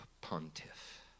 pontiff